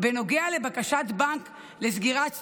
בנוגע לבקשת בנק לסגירת סניף.